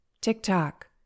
TikTok